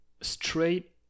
straight